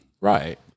Right